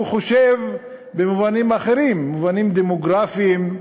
הוא חושב במובנים אחרים: מובנים דמוגרפיים,